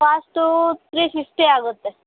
ಕಾಸ್ಟೂ three fifty ಆಗುತ್ತೆ